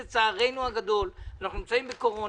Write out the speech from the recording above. שלצערנו הגדול אנחנו נמצאים בתקופת קורונה,